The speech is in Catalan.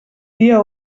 dia